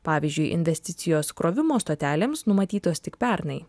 pavyzdžiui investicijos krovimo stotelėms numatytos tik pernai